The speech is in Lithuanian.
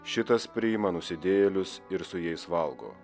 šitas priima nusidėjėlius ir su jais valgo